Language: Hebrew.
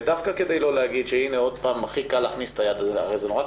ודווקא כדי לא להגיד שעוד פעם הכי קל להכניס את היד הרי זה קל מאוד,